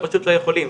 הם פשוט לא יכולים.